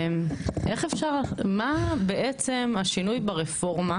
מה בעצם השינוי ברפורמה